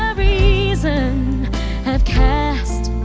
reason i've cast